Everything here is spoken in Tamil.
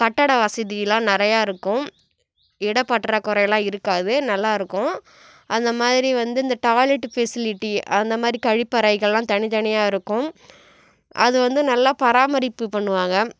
கட்டிட வசதியெல்லாம் நிறைய இருக்கும் இடப்பற்றாக்குறை எல்லாம் இருக்காது நல்லாயிருக்கும் அந்தமாதிரி வந்து இந்த டாய்லெட் ஃபெசிலிட்டி அந்தமாதிரி கழிப்பறைகள்லாம் தனித்தனியாக இருக்கும் அது வந்து நல்லா பராமரிப்பு பண்ணுவாங்க